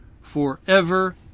forever